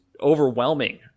overwhelming